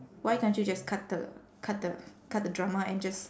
why can't you just cut the cut the cut the drama and just